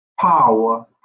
Power